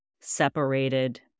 separated